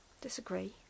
Disagree